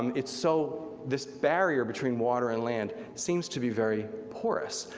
um it's so, this barrier between water and land seems to be very porous,